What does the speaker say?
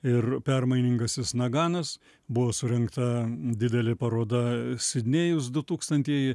ir permainingasis naganas buvo surengta didelė paroda sidnėjus du tūkstantieji